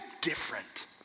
different